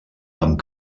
amb